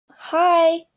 Hi